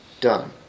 done